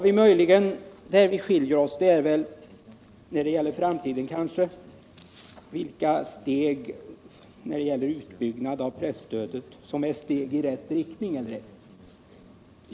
Vi skiljer oss kanske när det gäller uppfattningen om vilka steg vi i framtiden bör ta vid utbyggnaden av presstödet.